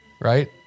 Right